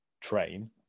train